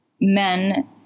men